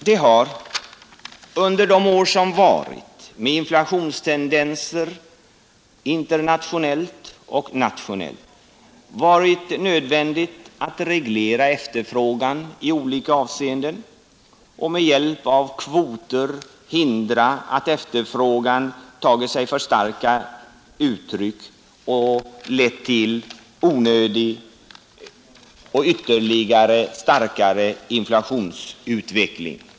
Det har under de år som gått — med inflationstendenser internationellt och nationellt — varit nödvändigt att reglera efterfrågan i olika avseenden och med hjälp av kvoter hindra att efterfrågan tagit sig för starka uttryck och lett till onödig inflationsutveckling.